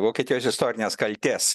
vokietijos istorinės kaltės